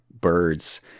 birds